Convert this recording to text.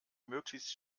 möglichst